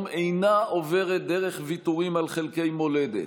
אינה עוברת דרך ויתורים על חלקי מולדת,